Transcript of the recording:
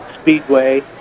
Speedway